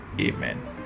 amen